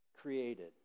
created